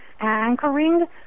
anchoring